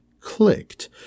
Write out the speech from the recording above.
clicked